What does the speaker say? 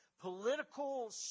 political